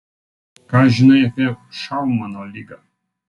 ką žinai apie šaumano ligą